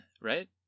right